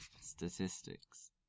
statistics